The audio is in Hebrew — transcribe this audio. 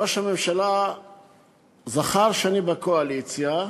ראש הממשלה זכר שאני בקואליציה,